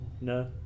no